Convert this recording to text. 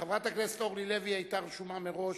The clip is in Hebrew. חברת הכנסת אורלי לוי היתה רשומה מראש,